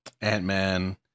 ant-man